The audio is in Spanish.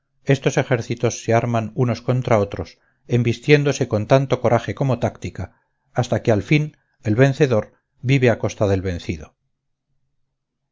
estos ejércitos se arman unos contra otros embistiéndose con tanto coraje como táctica hasta que al fin el vencedor vive a costa del vencido